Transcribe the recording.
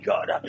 God